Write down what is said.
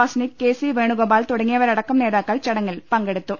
വാസ നിക് വേണുഗോപാൽ തുടങ്ങിയവരടക്കം നേതാക്കൾ ചടങ്ങിൽ പങ്കെടുത്തു